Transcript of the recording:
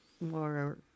more